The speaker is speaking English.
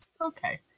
okay